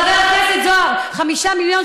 חברים, מדובר בהגדלת